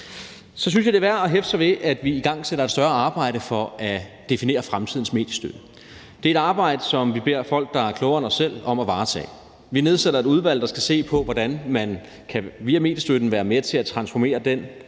Så synes jeg, det er værd at hæfte sig ved, at vi igangsætter et større arbejde for at definere fremtidens mediestøtte. Det er et arbejde, som vi beder folk, der er klogere end os selv, om at varetage. Vi nedsætter et udvalg, der skal se på, hvordan man via mediestøtten kan være med til at transformere den